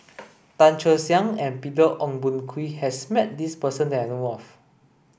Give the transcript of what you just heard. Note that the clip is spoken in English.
Tan Che Sang and Peter Ong Boon Kwee has met this person that I know of